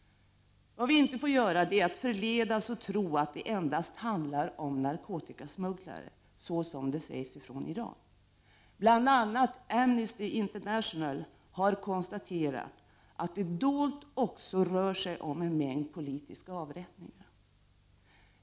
Vi får inte förledas att tro att det endast handlar om narkotikasmugglare, som det sägs i Iran. Bl. a. Amnesty International har konstaterat att det dolt också rör sig om en mängd politiska avrättningar.